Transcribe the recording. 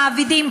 המעבידים,